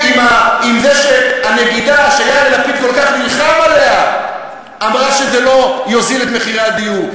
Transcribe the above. עם זה שהנגידה שיאיר לפיד כל כך נלחם עליה אמרה שזה לא יוזיל את הדיור,